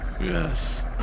Yes